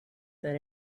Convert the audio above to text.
that